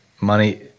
Money